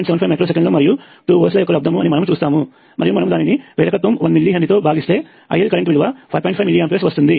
75 micro సెకన్ల మరియు 2 volts యొక్క లబ్దము అని మనము చూస్తాము మరియు మనము దానిని ప్రేరకత్వము 1 మిల్లీ హెన్రీ తో భాగిస్తే IL కరెంట్ విలువ 5